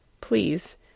Please